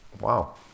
wow